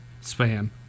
span